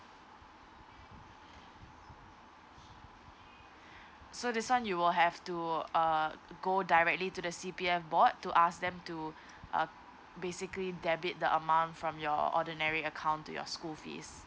so this one you will have to uh go directly to the C_P_F board to ask them to uh basically debit the amount from your ordinary account to your school fees